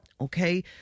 okay